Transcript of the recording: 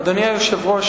אדוני היושב-ראש,